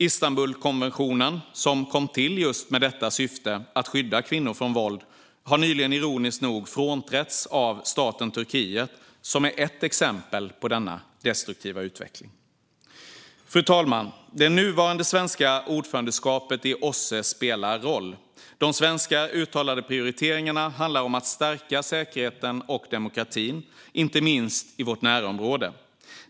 Istanbulkonventionen, som kom till just med syftet att skydda kvinnor från våld, har nyligen ironiskt nog frånträtts av staten Turkiet, som ett exempel på denna destruktiva utveckling. Fru talman! Det nuvarande svenska ordförandeskapet i OSSE spelar roll. De svenska uttalade prioriteringarna handlar om att stärka säkerheten och demokratin, inte minst i vårt närområde.